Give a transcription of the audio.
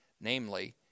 namely